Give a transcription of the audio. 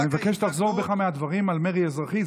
אני מבקש שתחזור בך מהדברים על מרי אזרחי,